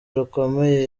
rukomeye